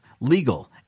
legal